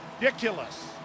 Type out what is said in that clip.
ridiculous